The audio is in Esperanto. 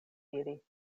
ili